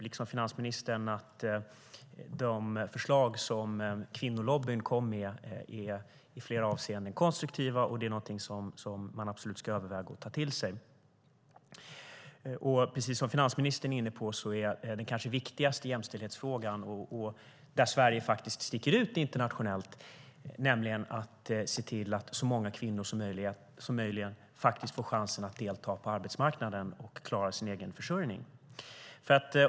Liksom finansministern tycker jag att de förslag som kvinnolobbyn kom med i flera avseenden är konstruktiva och något man absolut ska överväga att ta till sig. Precis som finansministern är inne på är den kanske viktigaste jämställdhetsfrågan, där Sverige faktiskt sticker ut internationellt, att se till att så många kvinnor som möjligt faktiskt får chansen att delta på arbetsmarknaden och klara sin egen försörjning.